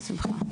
בשמחה.